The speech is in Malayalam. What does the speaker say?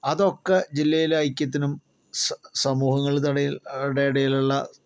അതൊക്കെ ജില്ലയിലെ ഐക്യത്തിനും സമൂഹങ്ങളുടെ ഇടയിലുള്ള